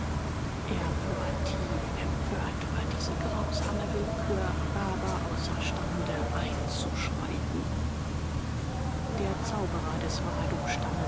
war tief empört über diese grausame willkür aber außerstande einzuschreiten der zauberer des